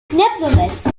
nevertheless